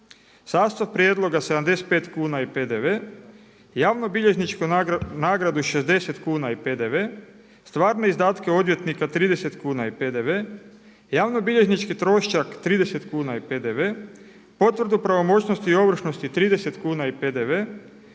sastav prijedloga 75 kuna i PDV, javnobilježničku nagradu 60 kuna i PDV, stvarne izdatke odvjetnika 30 kuna i PDV, javnobilježnički trošak 30 kuna i PDV, potvrdu o pravomoćnosti i ovršnosti 30 kuna i PDV,